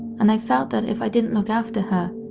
and i felt that if i didn't look after her,